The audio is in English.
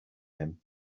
him